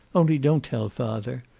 only don't tell father.